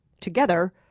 together